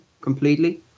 completely